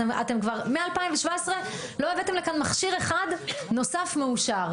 אתם כבר מ-2017 לא הבאתם לכאן מכשיר אחד נוסף מאושר.